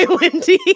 Wendy